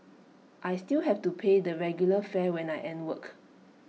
I still have to pay the regular fare when I end work